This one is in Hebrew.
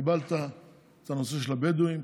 קיבלת את הנושא של הבדואים,